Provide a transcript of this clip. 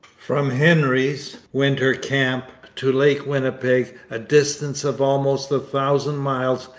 from hendry's winter camp to lake winnipeg, a distance of almost a thousand miles,